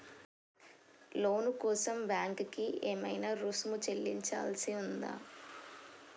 లోను కోసం బ్యాంక్ కి ఏమైనా రుసుము చెల్లించాల్సి ఉందా?